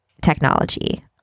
technology